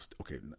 okay